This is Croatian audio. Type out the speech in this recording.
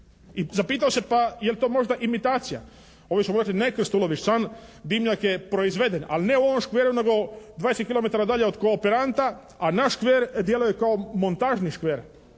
i zapitao se pa je li to možda imitacija, …/Govornik se ne razumije./… ne Krstulović sam, dimnjak je proizveden, ali ne u ovom škveru nego 20 kilometara dalje od kooperanta, a naš škver djeluje kao montažni škver.